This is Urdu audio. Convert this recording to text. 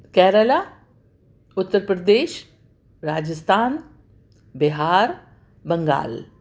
کیرلا اترپردیش راجستھان بِہار بنگال